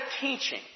teaching